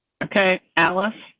okay, alice.